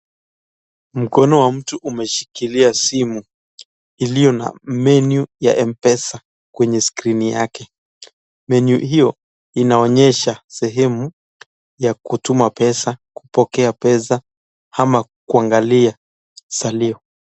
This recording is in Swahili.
Mkono wa mtu umeshikilia simu iliyona menu ya M-pesa , kwenye skirini yake, menu hiyo inaonyesha sehemu ya kutuma pesa, kupokes pesa ama kuangalia salio.